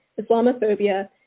Islamophobia